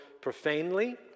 profanely